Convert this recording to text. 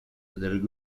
del